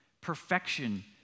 perfection